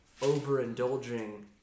overindulging